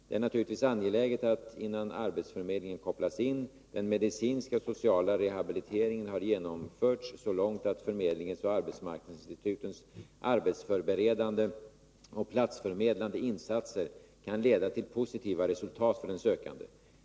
Det är naturligtvis angeläget att, innan arbetsförmedlingen kopplas in, den medicinska och sociala rehabiliteringen har genomförts så långt att förmedlingens och arbetsmarknadsinstitutens arbetsförberedande och platsförmedlande insatser kan leda till positiva resultat för den sökande.